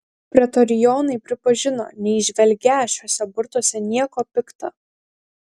pretorionai pripažino neįžvelgią šiuose burtuose nieko pikta